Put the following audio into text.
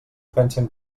pensen